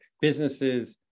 businesses